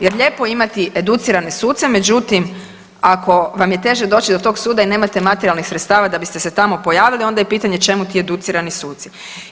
Jer lijepo je imati educirane suce međutim ako vam je teže doći do tog suda i nemate materijalnih sredstava da biste se tamo pojavili onda je pitanje čemu ti educirani suci.